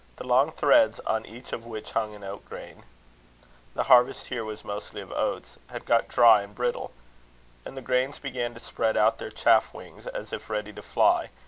the long threads, on each of which hung an oat-grain the harvest here was mostly of oats had got dry and brittle and the grains began to spread out their chaff-wings, as if ready to fly,